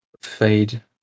fade